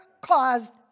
caused